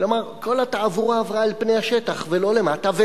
כלומר כל התעבורה עברה אל פני השטח ולא למטה.